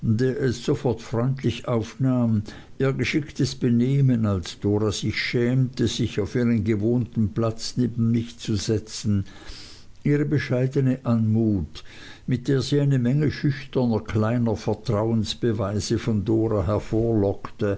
sofort freundlich aufnahm ihr geschicktes benehmen als dora sich schämte sich auf ihren gewohnten platz neben mich zu setzen ihre bescheidne anmut mit der sie eine menge schüchterner kleiner vertrauensbeweise von dora